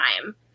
time